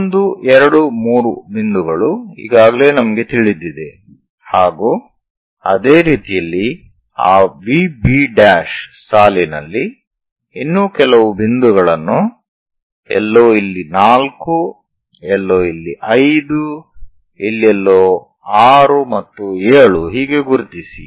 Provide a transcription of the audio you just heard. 1 2 3 ಬಿಂದುಗಳು ಈಗಾಗಲೇ ನಮಗೆ ತಿಳಿದಿದೆ ಹಾಗು ಅದೇ ರೀತಿಯಲ್ಲಿ ಆ VB' ಸಾಲಿನಲ್ಲಿ ಇನ್ನು ಕೆಲವು ಬಿಂದುಗಳನ್ನು ಎಲ್ಲೋ ಇಲ್ಲಿ 4 ಎಲ್ಲೋ ಇಲ್ಲಿ 5 ಎಲ್ಲೋ ಇಲ್ಲಿ 6 ಮತ್ತು 7 ಹೀಗೆ ಗುರುತಿಸಿ